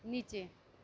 नीचे